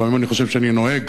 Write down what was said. לפעמים אני חושב שאני נוהג